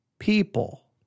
people